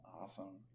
Awesome